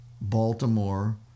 Baltimore